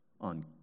on